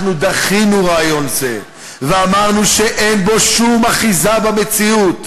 אנחנו דחינו רעיון זה ואמרנו שאין בו שום אחיזה במציאות".